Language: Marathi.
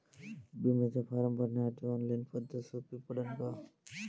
बिम्याचा फारम भरासाठी ऑनलाईन पद्धत सोपी पडन का?